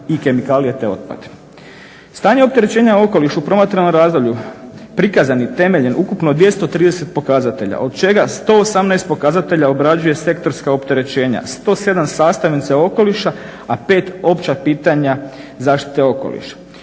i kemikalije te otpad. Stanje opterećenja u okolišu promatrano u razdoblju prikazani temeljem ukupno 230 pokazatelja od čega 118 pokazatelja obrađuje sektorska opterećenja, 107 sastavnice okoliša, a 5 opća pitanja zaštite okoliša.